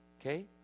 Okay